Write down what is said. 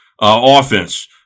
offense